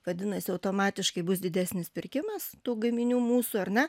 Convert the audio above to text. vadinasi automatiškai bus didesnis pirkimas tų gaminių mūsų ar ne